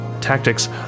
tactics